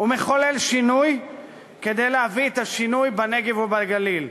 ומחולל שינוי כדי להביא את השינוי בנגב ובגליל.